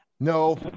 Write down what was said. no